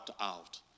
out